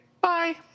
bye